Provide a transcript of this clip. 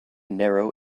narrow